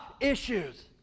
issues